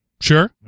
Sure